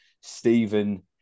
Stephen